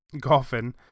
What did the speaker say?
golfing